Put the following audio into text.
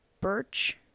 birch